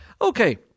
okay